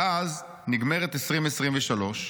ואז נגמרת 2023,